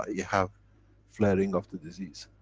ah you have flaring of the disease.